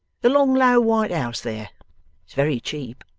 the long, low, white house there. it's very cheap